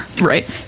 right